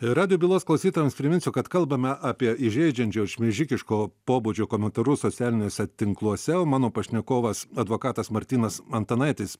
radijo klausytojams priminsiu kad kalbame apie įžeidžiančio ar šmeižikiško pobūdžio komentarus socialiniuose tinkluose o mano pašnekovas advokatas martynas antanaitis